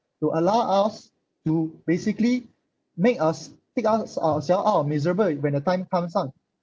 to allow us to basically make us take us ourselves out of miserable when the time comes on